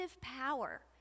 power